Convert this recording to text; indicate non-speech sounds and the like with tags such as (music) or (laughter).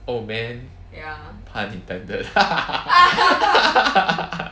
oh man pun intended (laughs)